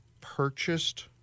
purchased